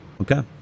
Okay